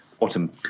bottom